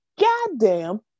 goddamn